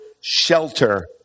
shelter